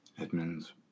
Edmonds